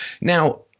Now